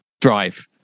drive